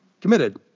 committed